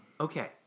Okay